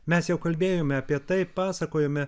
mes jau kalbėjome apie tai pasakojome